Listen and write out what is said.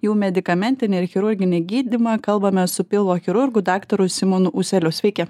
jų medikamentinį ir chirurginį gydymą kalbame su pilvo chirurgu daktaru simonu ūseliu sveiki